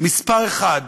מספר אחת